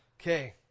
Okay